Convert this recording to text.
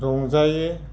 रंजायो